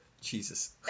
jesus